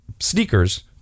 sneakers